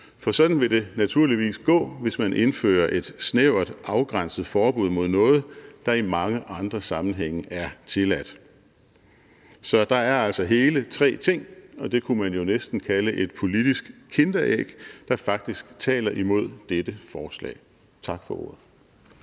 for sådan vil det naturligvis gå, hvis man indfører et snævert, afgrænset forbud mod noget, der i mange andre sammenhænge er tilladt. Så der er altså hele tre ting – og det kunne man jo næsten kalde et politisk Kinderæg – der faktisk taler imod dette forslag. Tak for ordet.